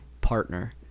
partner